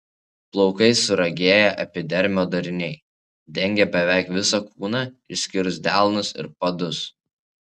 plaukai suragėję epidermio dariniai dengia beveik visą kūną išskyrus delnus ir padus